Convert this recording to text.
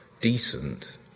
decent